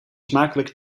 smakelijk